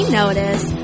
notice